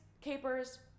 capers